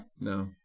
No